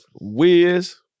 Wiz